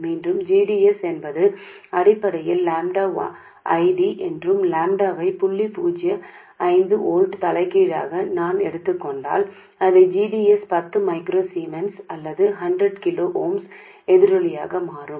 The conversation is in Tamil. மீண்டும் g d s என்பது அடிப்படையில் லாம்ப்டா I D என்றும் லாம்ப்டாவை புள்ளி பூஜ்ஜிய ஐந்து வோல்ட் தலைகீழாக நான் எடுத்துக் கொண்டால் இந்த g d s பத்து மைக்ரோ சீமென்ஸ் அல்லது 100 கிலோ ஓம்ஸ் எதிரொலியாக மாறும்